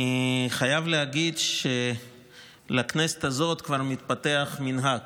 אני חייב להגיד שבכנסת הזאת כבר מתפתח מנהג,